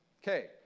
Okay